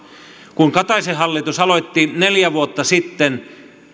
kun kataisen hallitus aloitti neljä vuotta sitten